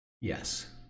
Yes